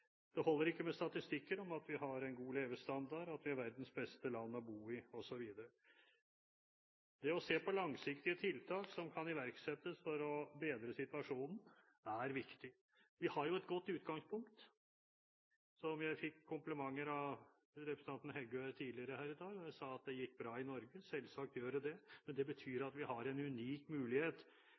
Det holder ikke med statistikker om at vi har en god levestandard, at vi er verdens beste land å bo i, osv. Det å se på langsiktige tiltak som kan iverksettes for å bedre situasjonen, er viktig. Vi har jo et godt utgangspunkt. Jeg fikk komplimenter fra representanten Heggø tidligere her i dag, da jeg sa at det gikk bra i Norge. Selvsagt gjør det det. Det betyr at vi har en unik mulighet